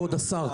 כבוד השר,